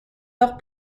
lors